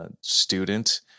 student